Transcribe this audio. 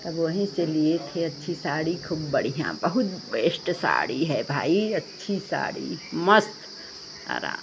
तब वहीं से लिए थे अच्छी साड़ी ख़ूब बढ़िया बहुत बेश्ट साड़ी है भाई अच्छी साड़ी मस्त अराम